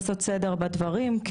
לעשות סדר בדברים,